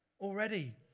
already